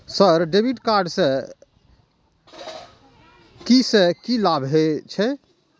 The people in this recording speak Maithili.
सर डेबिट कार्ड से की से की लाभ हे छे?